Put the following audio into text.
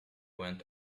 went